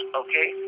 okay